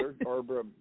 Barbara